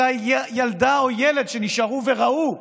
אותה ילדה או ילד שנשארו וראו,